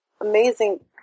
amazing